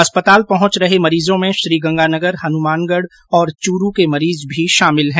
अस्पताल पहुंच रहे मरीजों में श्रीगंगानगर हनुमानगढ और चूरू के मरीज भी शामिल है